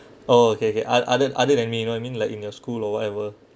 oh kay kay oth~ other other than me you know I mean like in your school or whatever